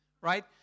Right